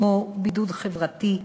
כמו בידוד חברתי,